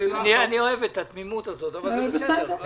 אני אוהב את התמימות הזאת, אבל בסדר.